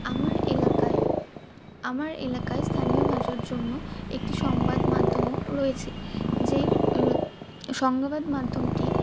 আমার এলাকায় আমার এলাকায় স্থানীয় ভাষার জন্য একটি সংবাদমাধ্যমও রয়েছে যেই সংবাদমাধ্যমটি